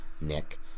Nick